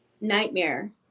nightmare